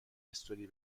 استوری